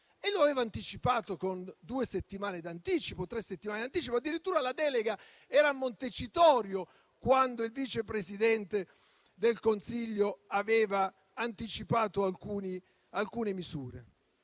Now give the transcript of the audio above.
Lo aveva anticipato con due o tre settimane di anticipo. Addirittura la delega era a Montecitorio quando il Vice Presidente del Consiglio aveva anticipato alcune misure.